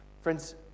Friends